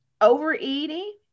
overeating